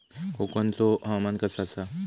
कोकनचो हवामान कसा आसा?